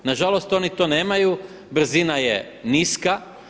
Nažalost oni to nemaju, brzina je niska.